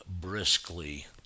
briskly